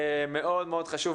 מאוד מאוד חשוב,